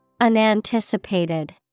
Unanticipated